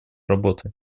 работы